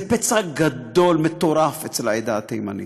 זה פצע גדול, מטורף, אצל העדה התימנית.